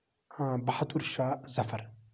آ بَہادُر شاہ ظفر